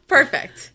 Perfect